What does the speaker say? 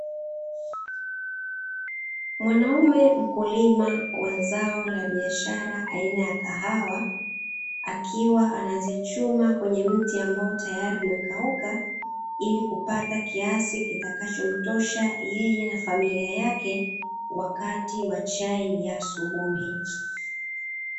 Mwanaume mkulima wa zao la biashara aina ya kahawa, akiwa anazichuma kwenye mti ambao tayari umekauka, ili kupata kiasi kitakachomtosha yeye na familia yake wakati wa chai ya asubuhi.